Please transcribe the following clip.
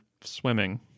swimming